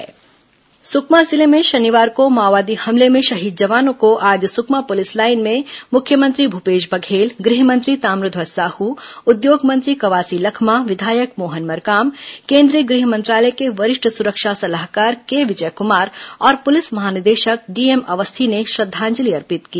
शहीद श्रद्धांजलि सुकमा जिले में शनिवार को माओवादी हमले में शहीद जवानों को आज सुकमा पुलिस लाईन में मुख्यमंत्री भूपेश बघेल गृह मंत्री ताम्रध्वज साह उद्योग मंत्री कवासी लखमा विधायक मोहन मरकाम कोंद्रीय गृह मंत्रालय को वरिष्ठ सुरक्षा सलाहकार के विजय कमार और पुलिस महानिदेशक डीएम अवस्थी ने श्रद्धांजलि अर्पित्त की